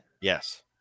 Yes